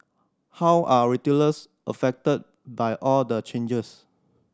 how are retailers affected by all the changes